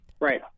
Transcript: Right